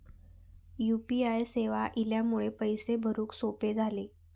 U P I सेवा इल्यामुळे पैशे भरुक सोपे झाले